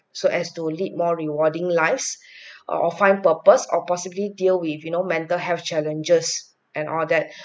so as to lead more rewarding life or find purpose or possibly deal with you know mental health challenges and all that